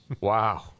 Wow